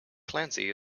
clancy